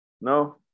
No